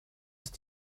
ist